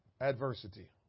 adversity